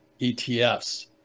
ETFs